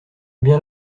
bien